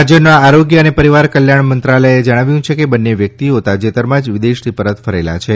રાજ્યના આરોગ્ય અને પરિવાર કલ્યાણ મંત્રાલયે જણાવ્યું કે બંને વ્યક્તિઓ તાજેતરમાં જ વિદેશથી પરત ફરેલા છે